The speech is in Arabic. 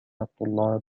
الطلاب